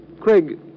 Craig